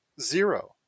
Zero